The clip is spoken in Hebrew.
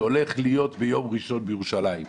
שהולך להיות ביום ראשון בירושלים.